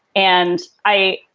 and i